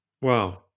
Wow